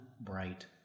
bright